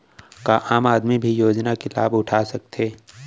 का आम आदमी भी योजना के लाभ उठा सकथे?